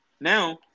Now